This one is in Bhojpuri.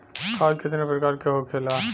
खाद कितने प्रकार के होखेला?